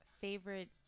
favorite